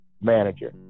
manager